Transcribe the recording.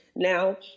Now